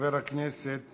מחבר הכנסת